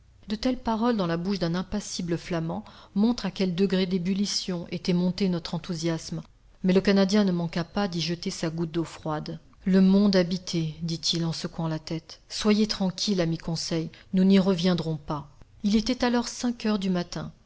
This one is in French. de telles paroles dans la bouche d'un impassible flamand montrent à quel degré d'ébullition était monté notre enthousiasme mais le canadien ne manqua pas d'y jeter sa goutte d'eau froide le monde habité dit-il en secouant la tête soyez tranquille ami conseil nous n'y reviendrons pas il était alors cinq heures du matin